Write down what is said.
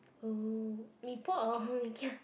oh Mee-Pok or Mee-Kia